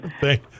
Thank